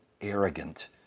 arrogant